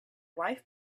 wife